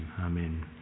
Amen